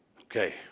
okay